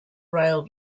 royal